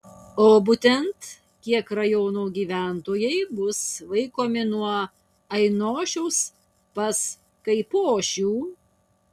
o būtent kiek rajono gyventojai bus vaikomi nuo ainošiaus pas kaipošių